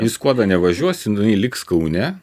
į skuodą nevažiuos jinai liks kaune